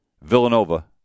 Villanova